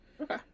Okay